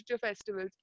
festivals